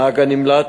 הנהג הנמלט,